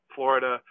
Florida